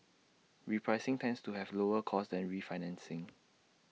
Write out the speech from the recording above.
repricing tends to have lower costs than refinancing